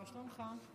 מה שלומך?